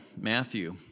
Matthew